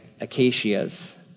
Acacias